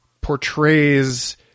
portrays